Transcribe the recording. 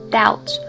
doubt